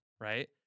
Right